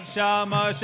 Shama